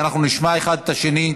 שאנחנו נשמע אחד את השני?